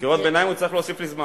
קריאות ביניים, מזמן.